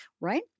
Right